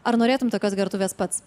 ar norėtum tokios gertuvės pats